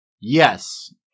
Yes